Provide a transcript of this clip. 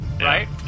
right